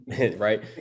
right